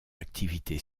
activité